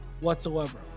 whatsoever